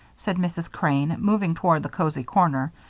said mrs. crane, moving toward the cozy corner,